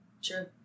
Sure